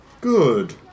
Good